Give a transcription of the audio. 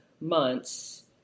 months